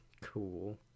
cool